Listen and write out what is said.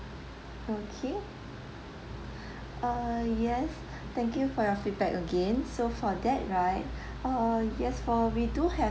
okay err yes thank you for your feedback again so for that right err yes for we do have